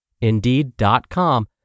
Indeed.com